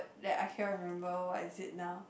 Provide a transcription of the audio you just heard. that I cannot remember what is it now